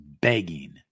begging